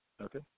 Okay